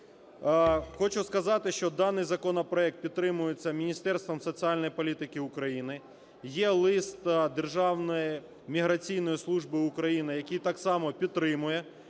Хочу сказати, що даний законопроект підтримується Міністерством соціальної політики України. Є лист Державної міграційної служби України, який так само підтримує